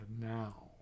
now